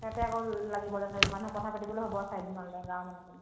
তাতে আক লাগিব লেঠা মানুহ কথা পাতিবলৈ হ'ব চাৰিদিনমানলৈ গাঁৱৰ মানুহখিনি